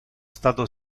stato